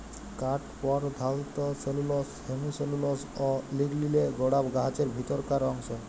কাঠ পরধালত cellulose, hemicellulose অ লিগলিলে গড়া গাহাচের ভিতরকার অংশ